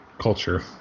culture